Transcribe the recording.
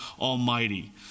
Almighty